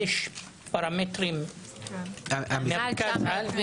יש פרמטרים למרכז-על?